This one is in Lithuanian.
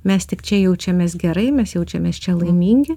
mes tik čia jaučiamės gerai mes jaučiamės čia laimingi